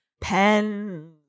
Pen